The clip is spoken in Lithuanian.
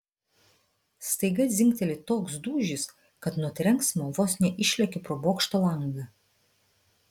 staiga dzingteli toks dūžis kad nuo trenksmo vos neišlekiu pro bokšto langą